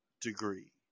degree